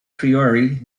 priory